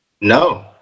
no